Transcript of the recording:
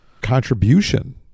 contribution